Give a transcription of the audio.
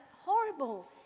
horrible